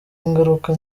ingaruka